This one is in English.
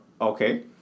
okay